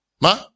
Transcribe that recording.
Ma